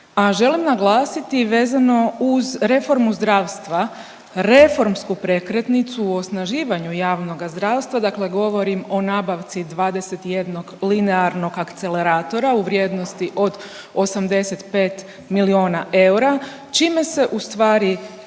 a želim naglasiti vezano uz reformu zdravstva reformsku prekretnicu u osnaživanju javnoga zdravstva, dakle govorim o nabavci 21 linearnog akceleratora u vrijednosti od 85 miliona eura čime se ustvari